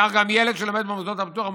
כך גם ילד שלומד במוסדות הפטור אמור